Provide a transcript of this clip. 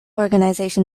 organisation